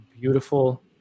beautiful